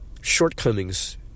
shortcomings